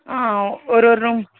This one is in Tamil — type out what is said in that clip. ஆ ஒரு ஒரு ரூம்